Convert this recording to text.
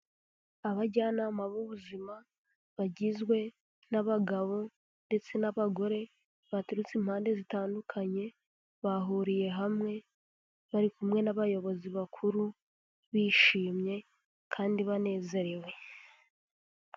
Abajyanama b'ubuzima bagizwe n'abagabo ndetse n'abagore baturutse impande zitandukanye bahuriye hamwe bari kumwe n'abayobozi bakuru bishimye kandi banezerewe.